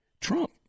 Trump